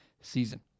season